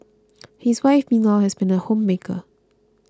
his wife meanwhile has been a homemaker